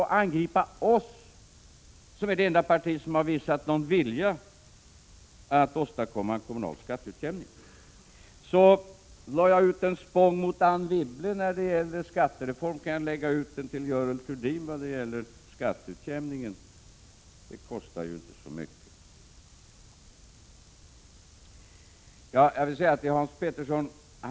Varför angripa oss som är det enda parti som har visat någon vilja att åstadkomma en kommunal skatteutjämning? Om jag lade ut en spång mot Anne Wibble när det gäller skattereformen, kan jag lägga ut en till Görel Thurdin när det gäller skatteutjämningen — det kostar ju inte så mycket. Jag vill säga något till Hans Petersson i Hallstahammar.